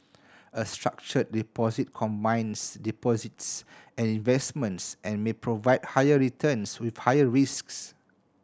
a structured deposit combines deposits and investments and may provide higher returns with higher risks